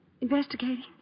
Investigating